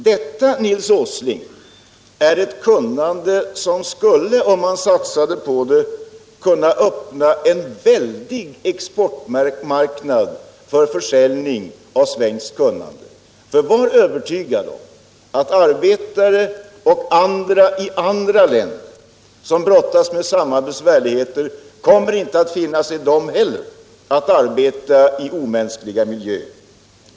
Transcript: Detta, Nils Åsling, är ett kunnande som skulle, om man satsade på det, kunna öppna en väldig exportmarknad för försäljning av svenskt kunnande. Var övertygad om att även arbetare och andra grupper i andra länder som brottas med samma besvärligheter inte heller kommer att finna sig i att arbeta i omänskliga miljöer!